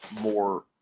more